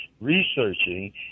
researching